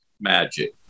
magic